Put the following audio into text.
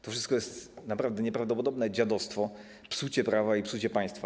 To wszystko jest naprawdę nieprawdopodobnym dziadostwem, psuciem prawa i psuciem państwa.